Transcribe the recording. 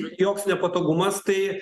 joks nepatogumas tai